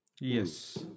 Yes